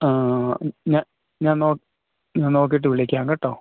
ആ ഞാൻ ഞാൻ നോ നോക്കിയിട്ട് വിളിക്കാം കേട്ടോ